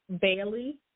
Bailey